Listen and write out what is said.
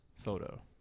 Photo